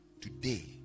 Today